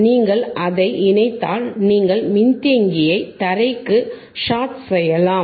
நீங்கள் அதை இணைத்தால் நீங்கள் மின்தேக்கியை தரைக்கு ஷார்ட் செய்யலாம்